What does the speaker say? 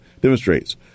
demonstrates